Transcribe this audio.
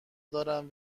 دارم